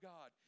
God